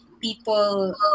people